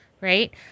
Right